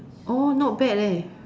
oh not bad leh